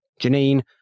Janine